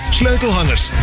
sleutelhangers